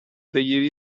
dei